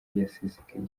yasesekaye